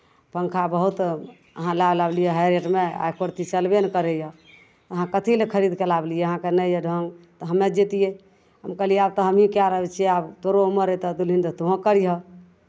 पङ्खा बहुत अहाँ लाव लावलियै हाइ रेटमे आ एक्को रत्ती चलबे नहि करैए अहाँ कथि लए खरीद कऽ लावलियै अहाँकेँ नहि यए ढङ्ग तऽ हमे जैतियै हम कहलियै आब तऽ हमहीँ कए रहल छियै आब तोरो उमर हेतह दुलहिन तऽ तोहूँ करिअह